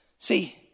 See